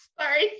sorry